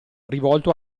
rivolto